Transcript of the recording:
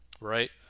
right